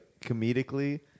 comedically